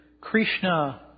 Krishna